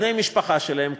בני המשפחה שלהם,